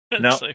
No